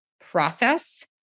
process